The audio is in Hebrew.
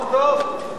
החוק טוב?